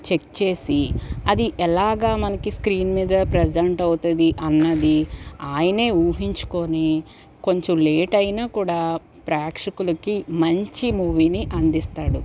check చేసి అది ఎలాగా మనకి స్క్రీన్ మీద ప్రజెంట్ అవుతుంది అన్నది ఆయనే ఊహించుకొని కొంచెం లేటు అయినా కూడా ప్రేక్షకులకి మంచి మూవీని అందిస్తాడు